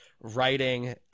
writing